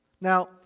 Now